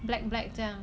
black black 这样